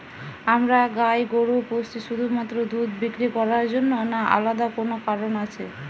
আমরা গাই গরু পুষি শুধুমাত্র দুধ বিক্রি করার জন্য না আলাদা কোনো কারণ আছে?